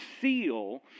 seal